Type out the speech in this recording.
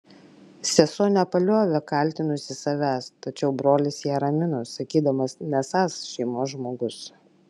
sesuo nepaliovė kaltinusi savęs tačiau brolis ją ramino sakydamas nesąs šeimos žmogus